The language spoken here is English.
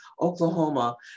Oklahoma